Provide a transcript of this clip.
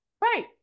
right